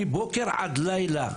מבוקר עד לילה,